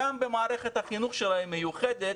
גם במערכת החינוך שלה היא מיוחדת,